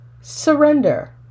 Surrender